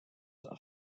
are